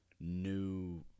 new